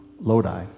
Lodi